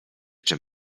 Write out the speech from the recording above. czym